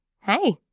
hey